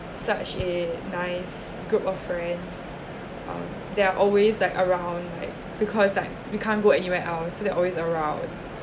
such a nice group of friends (uh)they are always like around like because like we can't go anywhere else so they are always around